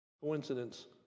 coincidence